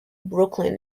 brooklyn